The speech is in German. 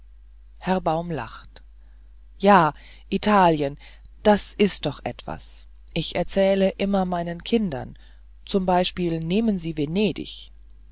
herr baum lachte ja italien das ist doch noch etwas ich erzähle immer meinen kindern zum beispiel nehmen sie venedig